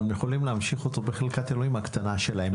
והם יכולים להמשיך אותו בחלקת האלוהים הקטנה שלהם.